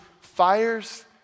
fires